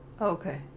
Okay